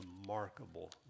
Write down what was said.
remarkable